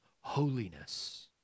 holiness